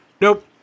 nope